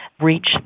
reach